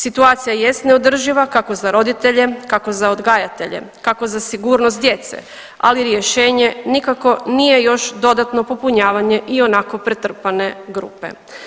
Situacija jest neodrživa kako za roditelje, kako za odgajatelje, kako za sigurnost djece, ali rješenje nikako nije još dodatno popunjavanje i onako pretrpane grupe.